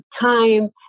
time